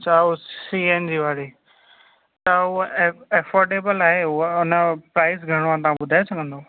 अच्छा उहा C N G वारी त ऐफोर्डेबल आहे उहा अञा प्राइज़ घणो आहे तव्हां ॿुधाइ सघंदव